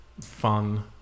fun